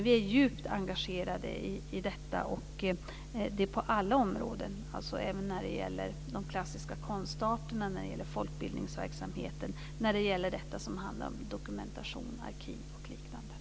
Vi är djupt engagerade i detta, på alla områden, alltså även när det gäller de klassiska konstarterna, folkbildningsverksamheten och detta som handlar om dokumentation, arkiv och liknande.